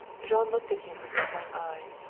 jean looked at him with his one eye.